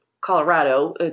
Colorado